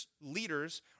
leaders